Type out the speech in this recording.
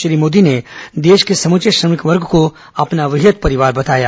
श्री मोदी ने देश के समूचे श्रमिक वर्ग को अपना वृहद परिवार बताया